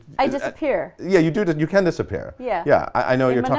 i disappear. yeah you do, you can disappear. yeah yeah i know you're talking